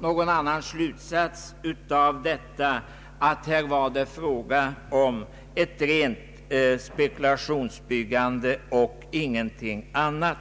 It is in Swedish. någon annan slutsats av detta än att det här var fråga om ett rent spekulationsbyggande och ingenting annat.